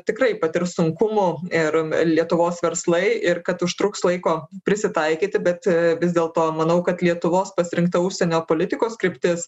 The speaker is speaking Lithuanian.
tikrai patirs sunkumų ir lietuvos verslai ir kad užtruks laiko prisitaikyti bet vis dėlto manau kad lietuvos pasirinkta užsienio politikos kryptis